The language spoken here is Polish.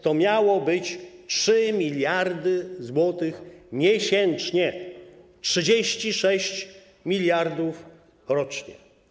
To miały być 3 mld zł miesięcznie, 36 mld zł rocznie.